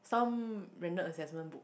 some random assessment book